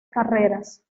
carreras